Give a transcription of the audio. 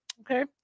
Okay